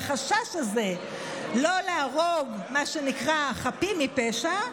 החשש הזה לא להרוג מה שנקרא חפים מפשע,